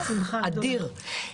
יצאנו ברווח אדיר.